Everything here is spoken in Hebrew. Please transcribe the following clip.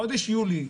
בחודש יולי,